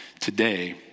today